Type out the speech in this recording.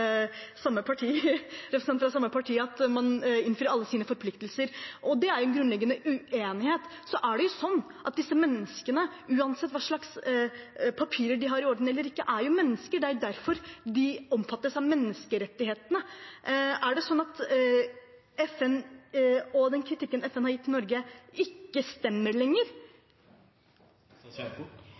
fra samme parti at man innfrir alle sine forpliktelser. Det er en grunnleggende uenighet. Så er det jo sånn at disse menneskene, uansett hva slags papirer de har i orden, eller ikke, er mennesker; det er derfor de omfattes av menneskerettighetene. Er det sånn at den kritikken FN har kommet med av Norge, ikke stemmer lenger?